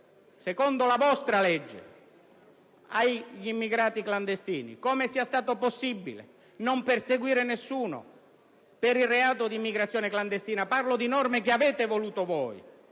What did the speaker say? dato in affitto agli immigrati clandestini; come sia stato possibile non perseguire nessuno per il reato di immigrazione clandestina. Parlo di norme che sono state volute da